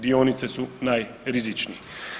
Dionice su najrizičnije.